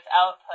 output